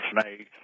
snakes